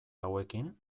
hauekin